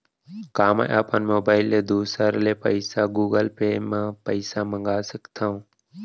का मैं अपन मोबाइल ले दूसर ले पइसा गूगल पे म पइसा मंगा सकथव?